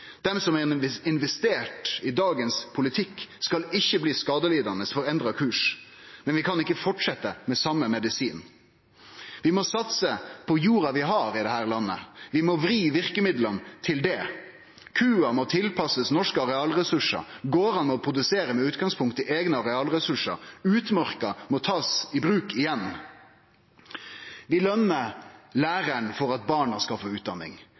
Dei som har investert i dagens politikk, skal ikkje bli skadelidande for endra kurs. Men vi kan ikkje fortsetje med same medisin. Vi må satse på jorda vi har i dette landet. Vi må vri verkemidla til det. Kua må tilpassast norske arealressursar. Gardane må produsere med utgangspunkt i eigne arealressursar. Utmarka må bli tatt i bruk igjen. Vi løner lærarane for at barna skal få utdanning.